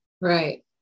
Right